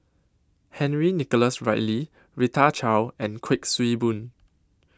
Henry Nicholas Ridley Rita Chao and Kuik Swee Boon